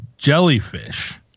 jellyfish